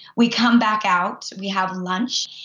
we come back out, we have lunch,